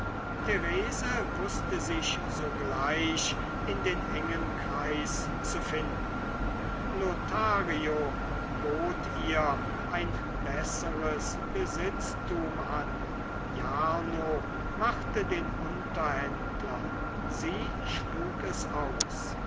therese wußte sich sogleich in den engen kreis zu finden lothario bot ihr ein besseres besitztum an jarno machte den unterhändler sie schlug es aus